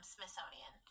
Smithsonian